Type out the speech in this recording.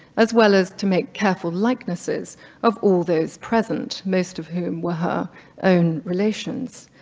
as well as to make careful likenesses of all those present, most of whom were her own relations.